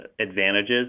advantages